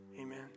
Amen